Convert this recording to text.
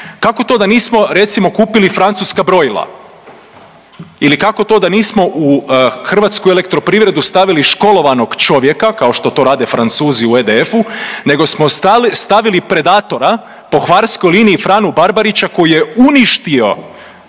Kako to da nismo, recimo kupili francuska brojila ili kako to da nismo u HEP stavili školovanog čovjeka, kao što to rade Francuzi u EDF-u nego smo stavili predatora po hvarskoj liniji Franu Barbarića koji je uništio,